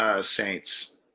Saints